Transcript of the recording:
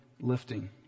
lifting